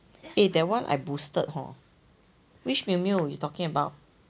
eh that one I boosted hor which Miu Miu you talking about